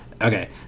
Okay